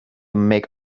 make